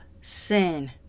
sin